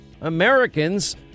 Americans